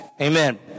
Amen